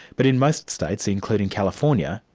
but in most states, including california,